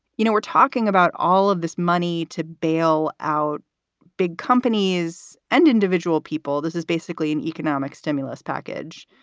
you know, we're talking about all of this money to bail out big companies and individual people. this is basically an economic stimulus package.